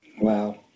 Wow